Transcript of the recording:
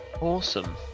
Awesome